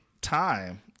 time